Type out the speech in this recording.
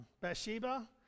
Bathsheba